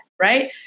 right